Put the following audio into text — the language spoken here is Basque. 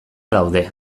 daude